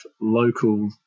local